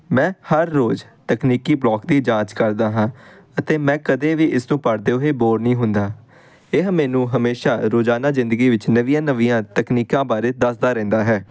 ਮੈਂ ਹਰ ਰੋਜ਼ ਤਕਨੀਕੀ ਬਲੋਗ ਦੀ ਜਾਂਚ ਕਰਦਾ ਹਾਂ ਅਤੇ ਮੈਂ ਕਦੇ ਵੀ ਇਸ ਨੂੰ ਪੜ੍ਹਦੇ ਹੋਏ ਬੋਰ ਨਹੀਂ ਹੁੰਦਾ ਇਹ ਮੈਨੂੰ ਹਮੇਸ਼ਾਂ ਰੋਜ਼ਾਨਾ ਜ਼ਿੰਦਗੀ ਵਿੱਚ ਨਵੀਆਂ ਨਵੀਆਂ ਤਕਨੀਕਾਂ ਬਾਰੇ ਦੱਸਦਾ ਰਹਿੰਦਾ ਹੈ